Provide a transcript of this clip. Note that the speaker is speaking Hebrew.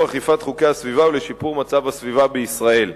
אכיפת חוקי הסביבה ולשיפור מצב הסביבה בישראל.